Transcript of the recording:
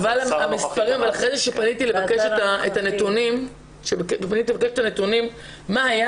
אבל אחרי שפניתי לבקש את הנתונים מה היה